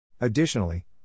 Additionally